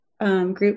Group